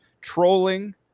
trolling